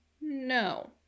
No